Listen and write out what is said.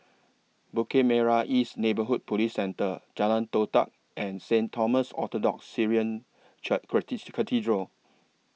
Bukit Merah East Neighbourhood Police Centre Jalan Todak and Saint Thomas Orthodox Syrian Cathedral